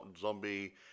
zombie